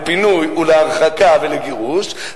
לפינוי ולהרחקה ולגירוש,